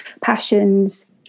passions